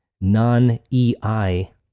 non-EI